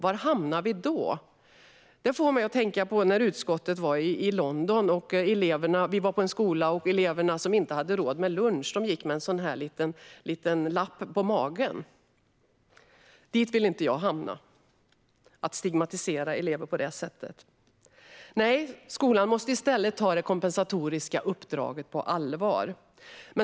Var hamnar vi då? Det får mig att tänka på när utskottet var i London. Vi var på en skola, och eleverna som inte hade råd med lunch gick med en liten lapp på magen. Där vill inte jag hamna - jag vill inte att vi stigmatiserar elever på det sättet. Skolan måste i stället ta det kompensatoriska uppdraget på allvar.